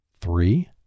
Three